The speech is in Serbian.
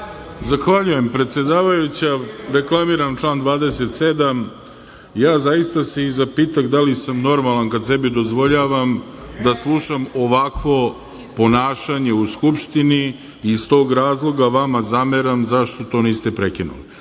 Zahvaljujem, predsedavajuća. Reklamiram član 27.Ja se zaista zapitah da li sam normalan kad sebi dozvoljavam da slušam ovakvo ponašanje u Skupštini i iz tog razloga vama zameram zašto to niste prekinuli. Uz